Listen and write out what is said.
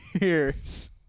years